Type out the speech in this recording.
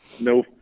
No